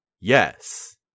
Yes